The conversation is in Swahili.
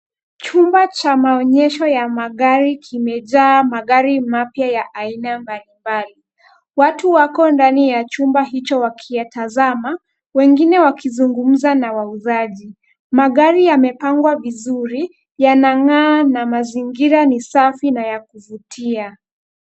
Chumba cha maonyesho ya magari, kimejaa magari mapya ya aina mbalimbali. Watu wako ndani ya chumba hicho wakiyatazama, wengine wakizungumza na wauzaji. Magari yamepangwa vizuri, yanang'a na mazingira ni safi na ya kuvutia.